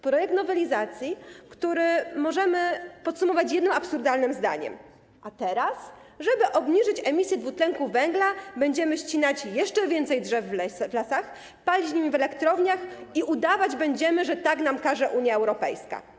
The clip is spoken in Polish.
Projekt nowelizacji, który możemy podsumować jednym absurdalnym zdaniem: A teraz, żeby obniżyć emisję dwutlenku węgla, będziemy ścinać jeszcze więcej drzew w lasach, będziemy palić nimi w elektrowniach i udawać będziemy, że tak nam każe Unia Europejska.